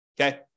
okay